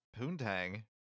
poontang